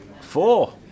Four